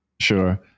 Sure